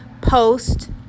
post